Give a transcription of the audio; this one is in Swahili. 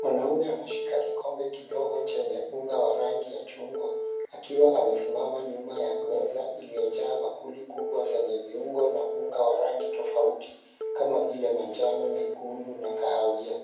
Mwanaume anashika kikombe kidogo chenye unga wa rangi ya chungwa akiwa amesimama nyuma ya meza iliyojaa bakuli kubwa zenye viungo na unga wa rangi tofauti kama vile manjano, nyekundu na kahawia.